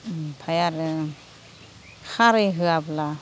ओमफ्राय आरो खारै होआब्ला